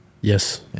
yes